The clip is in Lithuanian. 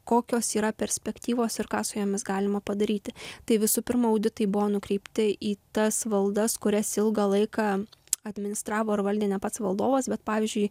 kokios yra perspektyvos ir ką su jomis galima padaryti tai visų pirma auditai buvo nukreipti į tas valdas kurias ilgą laiką administravo ar valdė ne pats valdovas bet pavyzdžiui